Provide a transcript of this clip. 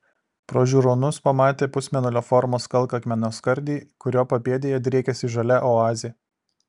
pro žiūronus pamatė pusmėnulio formos kalkakmenio skardį kurio papėdėje driekėsi žalia oazė